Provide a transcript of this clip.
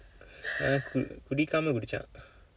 ah குடிக்காம குடித்தான்:kudikkaama kudiththaan